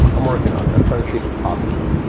i'm working on it. i'm trying to see if it's possible.